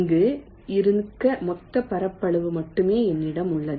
இங்கு இருக்க மொத்த பரப்பளவு மட்டுமே என்னிடம் உள்ளது